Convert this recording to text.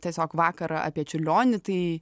tiesiog vakarą apie čiurlionį tai